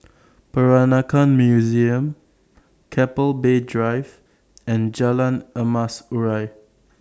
Peranakan Museum Keppel Bay Drive and Jalan Emas Urai